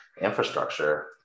infrastructure